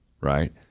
right